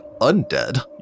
Undead